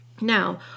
Now